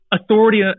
authority